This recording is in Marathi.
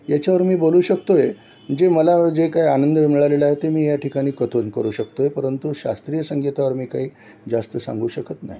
याच्यावर मी बोलू शकतो आहे जे मला जे काय आनंद मिळालेलं आहे ते मी या ठिकाणी कथन करू शकतो परंतु शास्त्रीय संगीतावर मी काही जास्त सांगू शकत नाही